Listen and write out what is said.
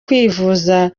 kwivuza